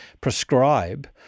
prescribe